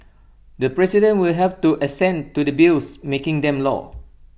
the president will have to assent to the bills making them law